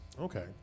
Okay